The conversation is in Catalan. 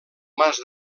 mas